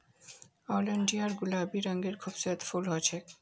oleander गुलाबी रंगेर खूबसूरत फूल ह छेक